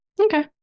Okay